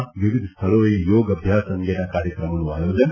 વિવિધ સ્થળોએ યોગ અભ્યાસ અંગેના કાર્યક્રમોનું આયોજન